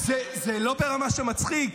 זה לא ברמה של מצחיק.